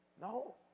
No